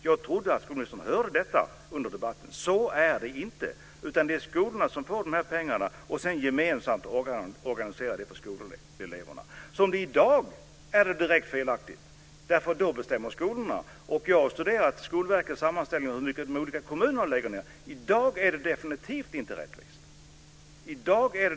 Jag trodde att skolministern hade hört detta i debatten. Det är skolorna som ska få de här pengarna och sedan gemensamt organisera för eleverna. Dagens system är direkt felaktigt. Nu bestämmer skolorna. Jag har studerat Skolverkets sammanställning av hur mycket pengar de olika kommunerna lägger ned: I dag är det definitivt inte rättvist.